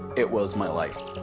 it was my life.